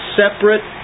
separate